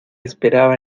esperaba